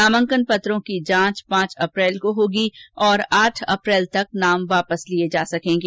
नामांकन पत्रों की जांच पांच अप्रैल को होगी और आठ अप्रैल तक नाम वापस लिये जा सकेंगे